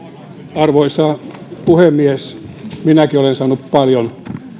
arvoisa puhemies minäkin olen saanut paljon